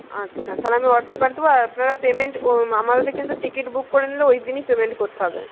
আচ্ছা তাহলে আমি হোয়াটসঅ্যাপে পাঠিয়ে দেব আর আপনারা পেমেন্ট ও আমাদের কিন্তু টিকিট বুক করে নিলে ওই দিনই পেমেন্ট করতে হবে